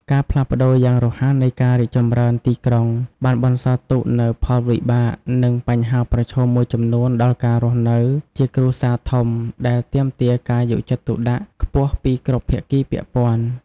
ការផ្លាស់ប្ដូរយ៉ាងរហ័សនៃការរីកចម្រើនទីក្រុង បានបន្សល់ទុកនូវផលវិបាក និងបញ្ហាប្រឈមមួយចំនួនដល់ការរស់នៅជាគ្រួសារធំ ដែលទាមទារការយកចិត្តទុកដាក់ខ្ពស់ពីគ្រប់ភាគីពាក់ព័ន្ធ៖